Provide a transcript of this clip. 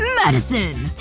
madison.